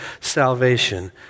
salvation